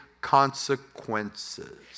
consequences